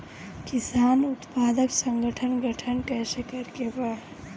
किसान उत्पादक संगठन गठन कैसे करके बा?